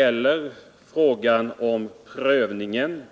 I fråga om prövningen